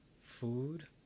food